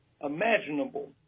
imaginable